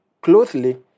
closely